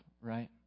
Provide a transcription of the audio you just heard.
right